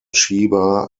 shiba